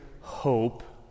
hope